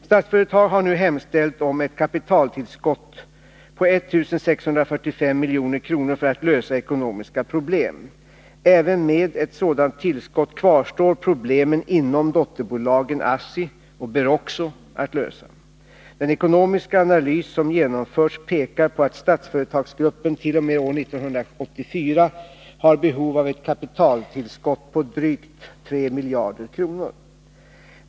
Statsföretag har nu hemställt om ett kapitaltillskott på 1 645 milj.kr. för att lösa ekonomiska problem. Även med ett sådant tillskott kvarstår problemen inom dotterbolagen ASSI och Beroxo att lösa. Den ekonomiska analys som genomförts pekar på att Statsföretagsgruppent.o.m. år 1984 har behov av kapitaltillskott på drygt 3 miljarder kronor.